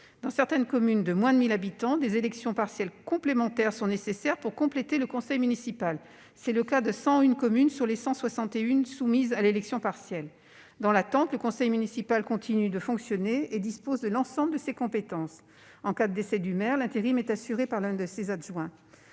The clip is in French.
Dans certaines communes de moins de 1 000 habitants, des élections partielles « complémentaires » sont nécessaires pour compléter le conseil municipal. C'est le cas de 101 communes sur les 161 soumises à élections partielles. Dans l'attente, le conseil municipal continue de fonctionner et dispose de l'ensemble de ses compétences. En cas de décès du maire, l'intérim est assuré par l'un de ses adjoints.